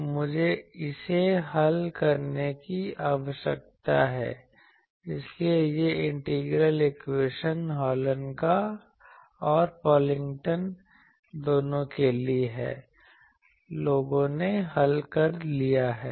तो मुझे इसे हल करने की आवश्यकता है इसलिए यह इंटीग्रल इक्वेशन हॉलन और पॉकलिंगटन दोनों के लिए है लोगों ने हल कर लिया है